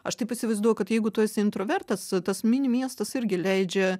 aš taip įsivaizduoju kad jeigu tu esi intravertas tas mini miestas irgi leidžia